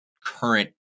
current